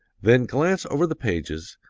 then glance over the pages,